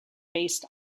based